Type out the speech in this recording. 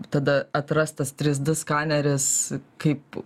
tada atrastas trys d skaneris kaip